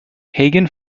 hagen